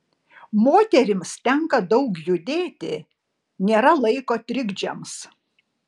moterims tenka daug judėti nėra laiko trikdžiams